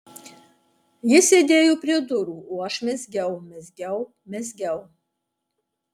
jis sėdėjo prie durų o aš mezgiau mezgiau mezgiau